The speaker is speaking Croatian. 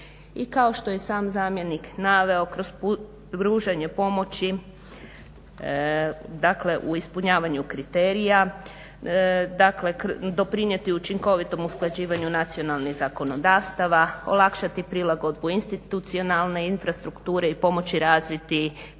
I kao što je sam zamjenik naveo kroz pružanje pomoći, dakle u ispunjavanju kriterija, dakle doprinijeti učinkovitom usklađivanju nacionalnih zakonodavstava, olakšati prilagodbu institucionalne infrastrukture i pomoći razviti proces